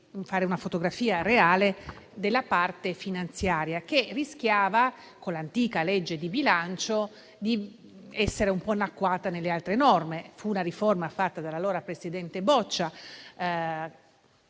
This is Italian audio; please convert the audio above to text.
fare una fotografia reale della parte finanziaria, che rischiava, con l'antica legge di bilancio, di essere un po' annacquata nelle altre norme. Fu una riforma fatta dall'allora presidente Boccia,